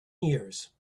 years